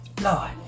Lord